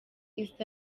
east